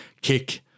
kick